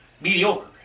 mediocre